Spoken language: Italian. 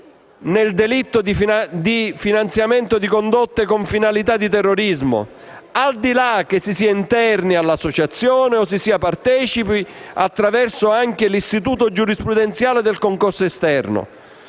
nel delitto di finanziamento di condotte con finalità di terrorismo, al di là che si sia interni all'associazione o si sia partecipi anche attraverso l'istituto giurisprudenziale del concorso esterno.